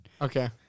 Okay